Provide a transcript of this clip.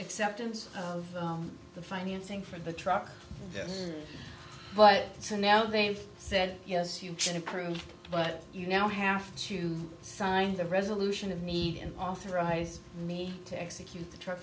acceptance of the financing for the truck but so now they said yes you can improve but you now have to sign the resolution of need and authorize me to execute